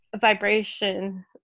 vibration